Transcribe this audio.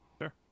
Sure